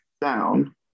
down